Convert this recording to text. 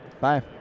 Bye